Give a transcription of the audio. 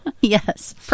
Yes